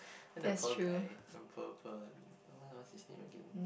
and then the poor guy the poor poor wh~ what's his name again